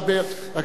רק אני אומר לך,